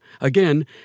Again